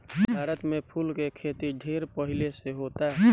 भारत में फूल के खेती ढेर पहिले से होता